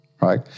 right